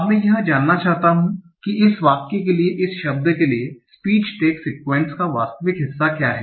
अब मैं यह जानना चाहता हूं कि इस वाक्य के लिए इस शब्द के लिए स्पीच टैग सीक्वन्स का वास्तविक हिस्सा क्या है